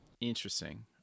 Interesting